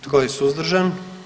Tko je suzdržan?